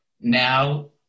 Now